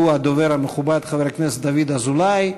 שהוא הדובר המכובד, חבר הכנסת דוד אזולאי.